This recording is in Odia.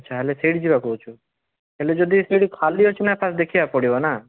ଆଚ୍ଛା ହେଲେ ସେଇଠି ଯିବା କହୁଛୁ ହେଲେ ଯଦି ସେଠି ଖାଲି ଅଛି ନା ଫାର୍ଷ୍ଟ୍ ଦେଖିବାକୁ ପଡ଼ିବ ନା